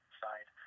side